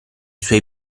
suoi